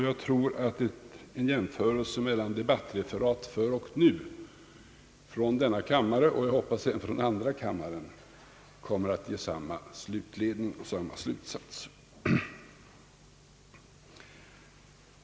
Jag tror att en jämförelse mellan debattreferat förr och nu ifrån denna kammare och jag hoppas även från andra kammaren kommer att ge samma slutsats.